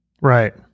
Right